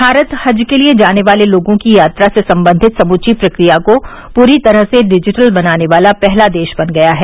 भारत हज के लिए जाने वाले लोगों की यात्रा से संबंधित समूची प्रक्रिया को पूरी तरह से डिजिटल बनाने वाला पहला देश बन गया है